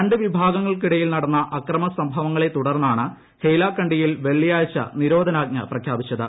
രണ്ട് വിഭാഗങ്ങൾക്കിടയിൽ നടന്ന അക്രമ സംഭവങ്ങളെ തുടർന്നാണ് ഹെയ്ലാക്കണ്ടിയിൽ വെള്ളിയാഴ്ച നിരോധനാജ്ഞ പ്രഖ്യാപിച്ചത്